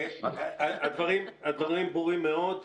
הדברים ברורים מאוד.